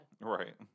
Right